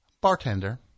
Bartender